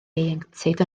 ieuenctid